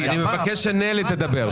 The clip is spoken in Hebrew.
הם אומרים --- אני מבקש שנלי תדבר.